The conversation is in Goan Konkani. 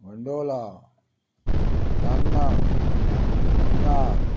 मंडोला सन्ना पिनाद